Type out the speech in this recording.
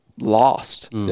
lost